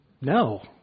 No